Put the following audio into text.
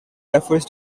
refers